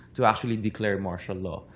to actually declare martial law.